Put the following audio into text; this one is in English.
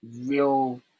real